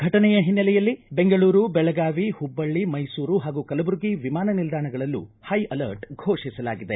ಫಟನೆಯ ಹಿನ್ನೆಲೆಯಲ್ಲಿ ಬೆಂಗಳೂರು ಬೆಳಗಾವಿ ಹುಬ್ಬಳ್ಳಿ ಮೈಸೂರು ಹಾಗೂ ಕಲಬುರಗಿ ವಿಮಾನ ನಿಲ್ದಾಣಗಳಲ್ಲೂ ಹೈ ಅಲರ್ಟ್ ಘೋಷಿಸಲಾಗಿದೆ